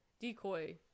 decoy